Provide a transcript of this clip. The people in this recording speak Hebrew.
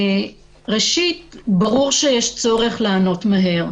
ראשית, ברור שיש צורך לענות מהר.